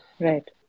Right